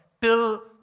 till